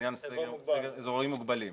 אזורים מוגבלים,